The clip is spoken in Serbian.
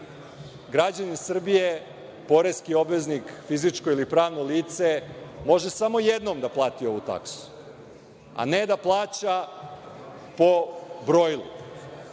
građani Srbije, poreski obveznik, fizičko ili pravno lice, može samo jednom da plati ovu taksu, a ne da plaća po brojilu,